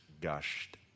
gushed